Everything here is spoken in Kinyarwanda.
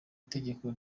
itegeko